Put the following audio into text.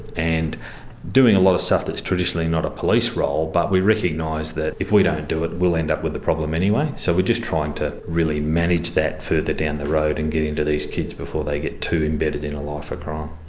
and doing a lot of stuff that's traditionally not a police role, but we recognise that if we don't do it we'll end up with the problem anyway. so we're just trying to really manage that further down the road and getting to these kids before they get too embedded in a life of crime.